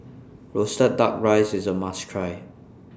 Roasted Duck Rice IS A must Try